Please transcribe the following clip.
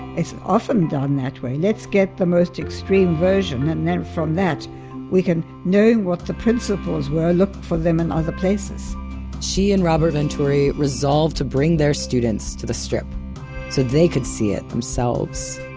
it's often done that way. let's get the most extreme version and then from that we can know what the principles were, look for them in other places she and robert venturi resolved to bring their students to the strip so they could see it themselves